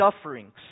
sufferings